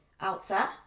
outset